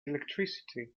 electricity